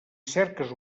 cerques